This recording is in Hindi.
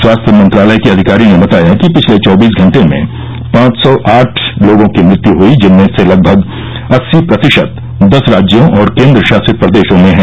स्वास्थ्य मंत्रालय के अधिकारी ने बताया कि पिछले चौबीस घंटे में पांच सौ आठ लोगों की मृत्यु हुई जिनमें से लगभग अस्सी प्रतिशत दस राज्यों और केन्द्र शासित प्रदेशों में हैं